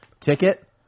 Ticket